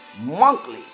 monthly